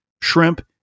shrimp